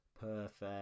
perfect